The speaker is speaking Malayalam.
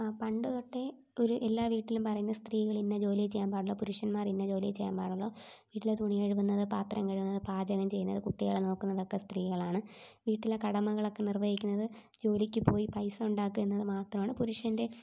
പണ്ടുതൊട്ടേ ഒരു എല്ലാ വീട്ടിലും പറയുന്നത് സ്ത്രീകൾ ഇന്ന ജോലിയേ ചെയ്യാൻ പാടുള്ളൂ പുരുഷന്മാർ ഇന്ന ജോലിയേ ചെയ്യാൻ പാടുള്ളൂ വീട്ടിലെ തുണി കഴുകുന്നത് പാത്രം കഴുകുന്നത് പാചകം ചെയ്യുന്നത് കുട്ടികളെ നോക്കുന്നതൊക്കെ സ്ത്രീകൾ ആണ് വീട്ടിലെ കടമകളൊക്കെ നിർവഹിക്കുന്നത് ജോലിക്ക് പോയി പൈസ ഉണ്ടാക്കുക എന്നത് മാത്രമാണ് പുരുഷൻറെ